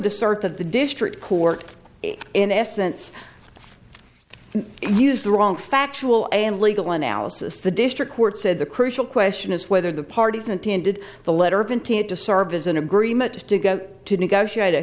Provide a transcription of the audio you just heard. assert that the district court in essence used the wrong factual and legal analysis the district court said the crucial question is whether the parties intended the letter of intent to serve as an agreement to go to negotiate a